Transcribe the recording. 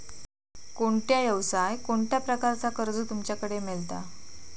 कोणत्या यवसाय कोणत्या प्रकारचा कर्ज तुमच्याकडे मेलता?